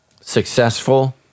successful